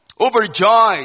Overjoyed